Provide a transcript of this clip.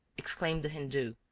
exclaimed the hindoo,